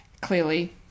clearly